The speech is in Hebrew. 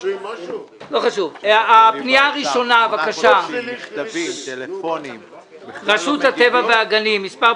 אה, זה שכתבת לי ב-SMS?